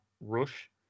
Rush